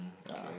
ya